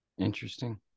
Interesting